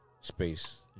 space